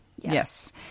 Yes